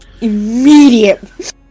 Immediate